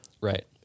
right